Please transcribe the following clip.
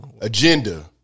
Agenda